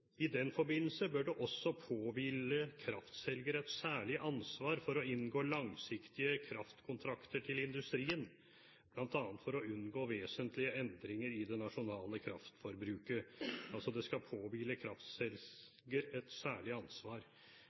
«I den forbindelse bør det også påhvile kraftselger et særlig ansvar for å inngå langsiktige kraftkontrakter til industrien, blant annet for å unngå vesentlige endringer i det nasjonale kraftforbruket over tid.» Det skal altså «påhvile kraftselger et særlig ansvar».